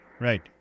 Right